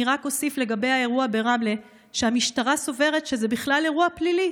אני רק אוסיף לגבי האירוע ברמלה: המשטרה סוברת שזה בכלל אירוע פלילי,